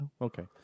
Okay